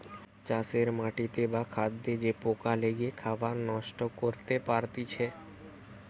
চাষের মাটিতে বা খাদ্যে যে পোকা লেগে খাবার নষ্ট করতে পারতিছে